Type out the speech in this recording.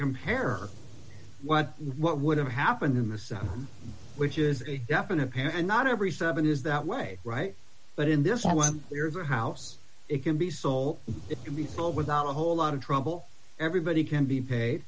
compare what what would have happened in the south which is a definite pan and not every seven is that way right but in this one there is a house it can be sold it can be full without a whole lot of trouble everybody can be paid